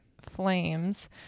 flames